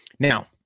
Now